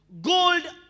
gold